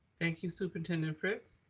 thank you, superintendent fritz.